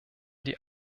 die